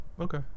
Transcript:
Okay